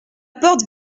porte